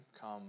come